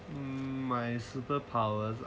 mmhmm my superpowers ah